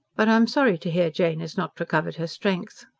but i am sorry to hear jane has not recovered her strength.